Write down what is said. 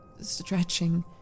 stretching